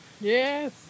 Yes